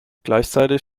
gleichzeitig